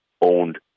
owned